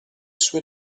sue